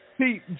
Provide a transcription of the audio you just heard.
See